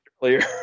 clear